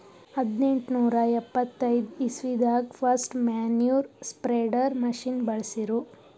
ಹದ್ನೆಂಟನೂರಾ ಎಪ್ಪತೈದ್ ಇಸ್ವಿದಾಗ್ ಫಸ್ಟ್ ಮ್ಯಾನ್ಯೂರ್ ಸ್ಪ್ರೆಡರ್ ಮಷಿನ್ ಬಳ್ಸಿರು